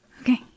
okay